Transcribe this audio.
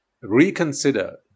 reconsider